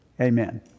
Amen